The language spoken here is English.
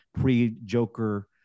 pre-Joker